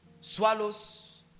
swallows